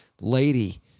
lady